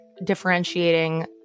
differentiating